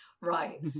right